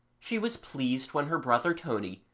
she was pleased when her brother tony,